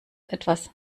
etwas